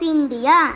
India